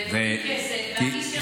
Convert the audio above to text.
והם נותנים כסף מהכיס שלך לרבנים.